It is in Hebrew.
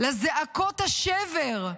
לזעקות השבר,